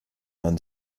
and